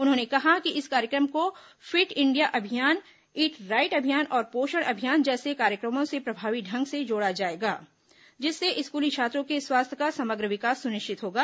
उन्होंने कहा कि इस कार्यक्रम को फिट इंडिया अभियान ईट राइट अभियान और पोषण अभियान जैसे कार्यक्रमों से प्रभावी ढंग से जोड़ा जाएगा जिससे स्कूली छात्रों के स्वास्थ्य का समग्र विकास सुनिश्चित होगा